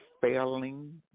failing